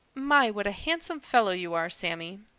my, what a handsome fellow you are, sammy.